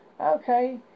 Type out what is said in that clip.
Okay